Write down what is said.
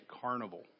Carnival